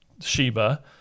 Sheba